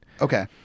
Okay